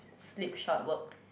slip shot work